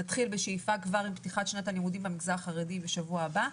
נתחיל בשאיפה כבר עם פתיחת שנת הלימודים במגזר החרדי בשבוע הבא.